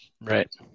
Right